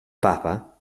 papa